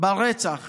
ברצח